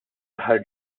aħħar